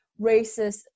racist